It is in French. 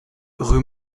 rue